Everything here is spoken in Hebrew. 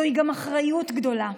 זוהי גם אחריות גדולה,